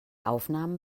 aufnahmen